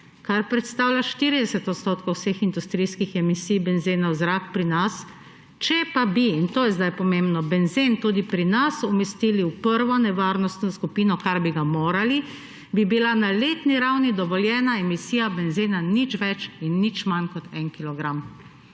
kar predstavlja 40 odstotkov vseh industrijskih emisij benzena v zrak pri nas, če pa bi« – in to je zdaj pomembno – »benzen tudi pri nas umestili v prvo nevarnostno skupino, kar bi ga morali, bi bila na letni ravni dovoljena emisija benzena nič več in nič manj kot en kilogram«.